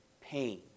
pain